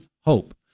hope